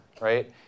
right